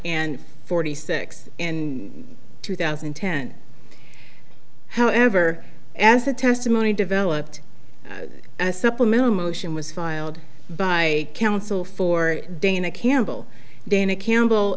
and forty six and two thousand and ten however as the testimony developed a supplemental motion was filed by counsel for dana campbell dana campbell